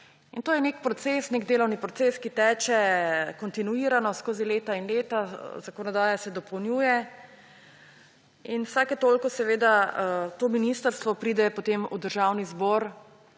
proces, nek delovni proces, ki teče kontinuirano skozi leta in leta, zakonodaja se dopolnjuje in vsake toliko to ministrstvo pride potem v Državni zbor